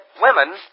women